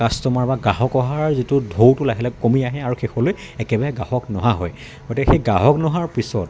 customer বা গ্ৰাহক অহাৰ যিটো ঢৌটো লাহে লাহে কমি আহে আৰু শেষলৈ একেবাৰে গ্ৰাহক নহা হয় গতিকে সেই গ্ৰাহক নহাৰ পিছত